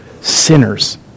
sinners